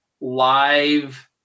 live